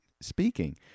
speaking